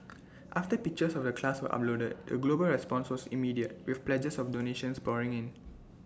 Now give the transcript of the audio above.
after pictures of the class were uploaded the global response immediate with pledges of donations pouring in